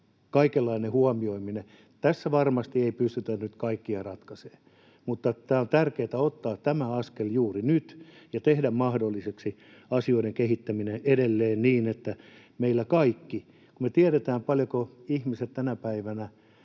kaikenlainen huomioiminen... Tässä ei varmasti pystytä nyt kaikkia ratkaisemaan, mutta on tärkeää ottaa tämä askel juuri nyt ja tehdä mahdolliseksi asioiden kehittäminen edelleen niin, että meillä kaikki... Kun me tiedetään, paljonko ihmiset tänä päivänä